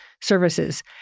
services